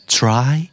try